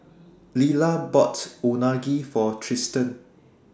Lilah bought Unagi For Tristen